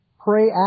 Pray